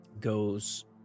goes